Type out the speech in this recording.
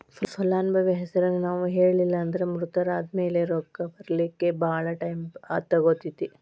ಫಲಾನುಭವಿ ಹೆಸರನ್ನ ನಾವು ಹೇಳಿಲ್ಲನ್ದ್ರ ಮೃತರಾದ್ಮ್ಯಾಲೆ ರೊಕ್ಕ ಬರ್ಲಿಕ್ಕೆ ಭಾಳ್ ಟೈಮ್ ತಗೊತೇತಿ